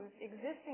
existing